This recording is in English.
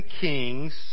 Kings